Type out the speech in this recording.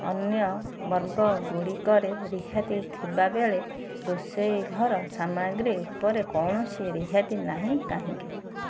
ଅନ୍ୟ ବର୍ଗଗୁଡ଼ିକରେ ରିହାତି ଥିବାବେଳେ ରୋଷେଇ ଘର ସାମଗ୍ରୀ ଉପରେ କୌଣସି ରିହାତି ନାହିଁ କାହିଁକି